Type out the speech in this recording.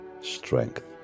strength